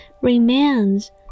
Remains